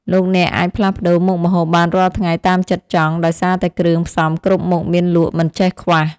លោកអ្នកអាចផ្លាស់ប្តូរមុខម្ហូបបានរាល់ថ្ងៃតាមចិត្តចង់ដោយសារតែគ្រឿងផ្សំគ្រប់មុខមានលក់មិនចេះខ្វះ។